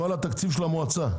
כל התקציב של המועצה?